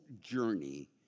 journey